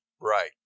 Right